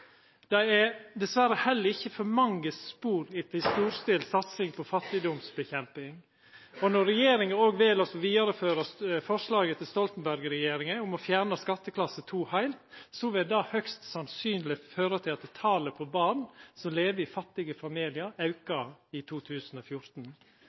Det er dessverre heller ikkje for mange spor etter ei storstilt satsing på kamp mot fattigdom. Og når regjeringa òg vel å vidareføra forslaget til Stoltenberg-regjeringa om å fjerna skatteklasse 2 heilt, vil det høgst sannsynleg føra til at talet på barn som lever i fattige familiar,